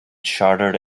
chartered